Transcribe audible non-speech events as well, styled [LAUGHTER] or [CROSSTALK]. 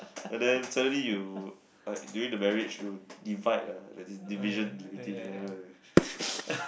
and then suddenly you like during the marriage you divide ah like division [NOISE]